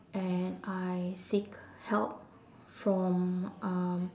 and I seek help from um